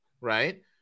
right